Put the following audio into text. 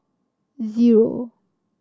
zero